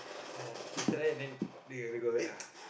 ya they try then go back ah